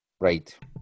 right